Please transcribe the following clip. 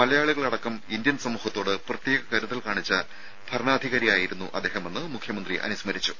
മലയാളികളടക്കം Indian സമൂഹത്തോട് പ്രത്യേക കരുതൽ കാണിച്ച ഭരണാധികാരിയായിരുന്നു അദ്ദേഹമെന്ന് മുഖ്യമന്ത്രി അനുസ്മരിച്ചു